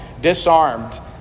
disarmed